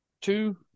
Two